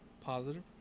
Positive